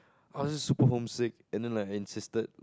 I was just super homesick and then like I insisted